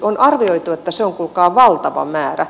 on arvioitu että se on kuulkaa valtava määrä